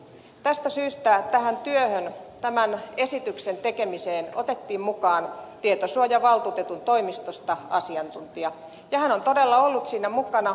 tästä syystä tähän työhön tämän esityksen tekemiseen otettiin mukaan tietosuojavaltuutetun toimistosta asiantuntija ja hän on todella ollut siinä mukana